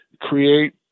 create